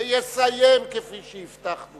ויסיים כפי שהבטחנו